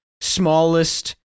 smallest